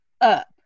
up